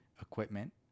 equipment